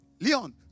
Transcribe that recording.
Leon